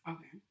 Okay